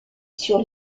sur